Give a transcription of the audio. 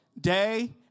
day